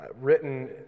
written